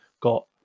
got